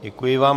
Děkuji vám.